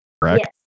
correct